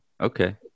Okay